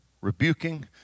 rebuking